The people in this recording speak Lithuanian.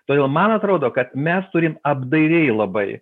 todėl man atrodo kad mes turim apdairiai labai